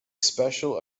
special